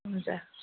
हुन्छ